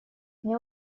мне